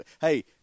hey